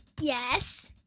Yes